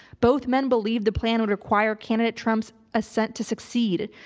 both men believed the plan would require candidate trump's ascent to succeed,